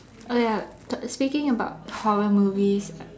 oh ya speaking about horror movies